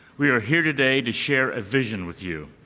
we are here today to share a vision with you.